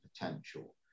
potential